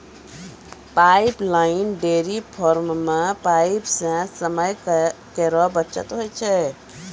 pipeline dairy farm म pipe सें समय केरो बचत होय छै